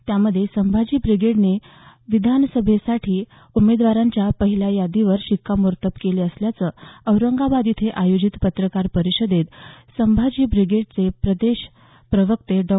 त्यामध्ये संभाजी ब्रिगेडने विधानसभेसाठी उमेदवारांच्या पहिल्या यादीवर शिक्कामोर्तब केले असल्याचं औरंगाबाद येथे आयोजित पत्रकार परिषदेत संभाजी ब्रिगेडचे प्रदेश प्रवक्ते डॉ